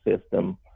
system